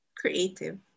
creative